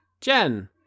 Jen